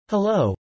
Hello